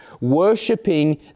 worshipping